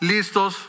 Listos